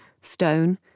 stone